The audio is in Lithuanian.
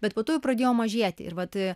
bet po to jų pradėjo mažėti ir vat